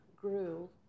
grew